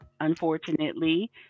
unfortunately